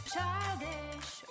Childish